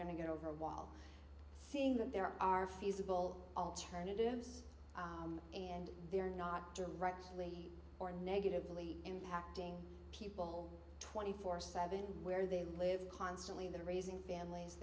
going to get over a wall seeing that there are feasible alternatives and they are not directly or negatively impacting people twenty four seventh's where they live constantly they're raising families